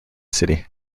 city